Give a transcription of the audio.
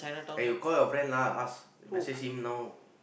eh you call your friend lah ask message him now